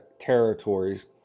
territories